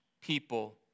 people